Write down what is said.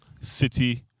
City